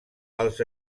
els